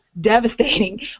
devastating